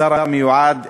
השר המיועד,